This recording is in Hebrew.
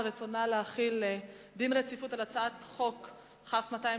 רצונה להחיל דין רציפות על הצעת חוק כ/253,